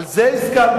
על זה הסכמתם.